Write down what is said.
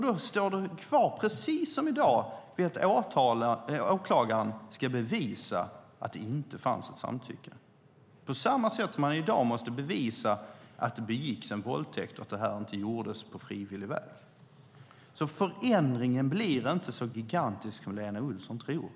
Då står man kvar, precis som i dag, vid att åklagaren ska bevisa att det inte fanns samtycke, på samma sätt som man i dag måste bevisa att det begicks en våldtäkt och att det inte gjordes på frivillig väg. Förändringen blir alltså inte så gigantisk som Lena Olsson tror.